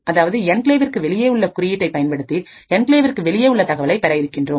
அதாவது என்கிளேவிற்கு வெளியே உள்ள குறியீட்டைப் பயன்படுத்தி என்கிளேவிற்கு வெளியே உள்ள தகவலை பெற இருக்கின்றோம்